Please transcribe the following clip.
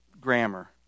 grammar